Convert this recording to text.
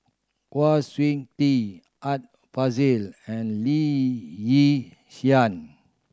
Kwa Siew Tee Art Fazil and Lee Yi Shyan